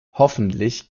hoffentlich